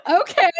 okay